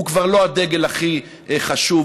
הוא כבר לא הדגל הכי חשוב,